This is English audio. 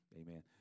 Amen